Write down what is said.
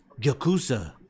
Yakuza